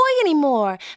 anymore